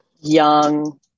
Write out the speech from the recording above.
young